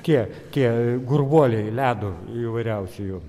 tie tie gurvuoliai ledo įvairiausi jau